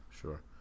Sure